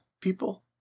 people